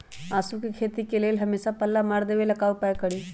आलू के खेती में हमेसा पल्ला मार देवे ला का उपाय करी?